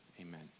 Amen